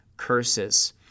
curses